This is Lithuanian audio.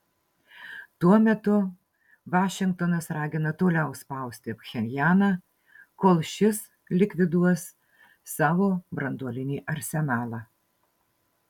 tuo metu vašingtonas ragina toliau spausti pchenjaną kol šis likviduos savo branduolinį arsenalą